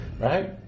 right